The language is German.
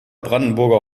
brandenburger